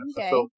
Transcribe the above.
Okay